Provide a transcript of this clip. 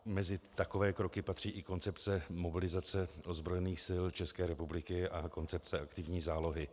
Mezi takové kroky patří i koncepce mobilizace ozbrojených sil České republiky a koncepce aktivní zálohy.